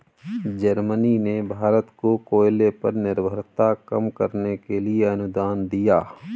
Germany ने भारत को कोयले पर निर्भरता कम करने के लिए अनुदान दिया